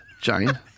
Jane